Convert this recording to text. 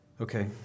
Okay